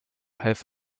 half